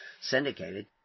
syndicated